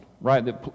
right